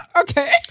Okay